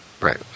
Right